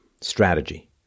strategy